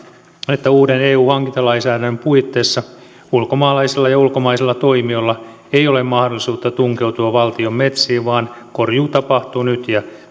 että uuden eu hankintalainsäädännön puitteissa ulkomaalaisilla ja ulkomaisilla toimijoilla ei ole mahdollisuutta tunkeutua valtion metsiin vaan korjuu tapahtuu nyt ja